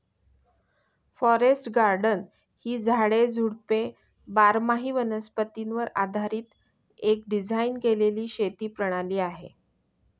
forest garden ही झाडे, झुडपे बारामाही वनस्पतीवर आधारीत एक डिझाइन केलेली शेती प्रणाली आहे